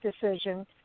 decision